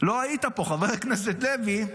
לא היית פה, חבר הכנסת לוי,